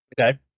okay